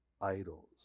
idols